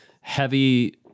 heavy